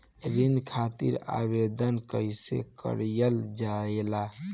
ऋण खातिर आवेदन कैसे कयील जाला?